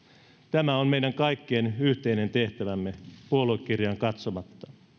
tämä on meidän kaikkien yhteinen tehtävä puoluekirjaan katsomatta